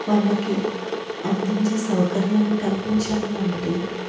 వాళ్ళకి అందించే సౌకర్యాన్ని కల్పించాను అంటే